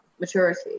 maturity